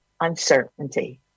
uncertainty